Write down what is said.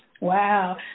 Wow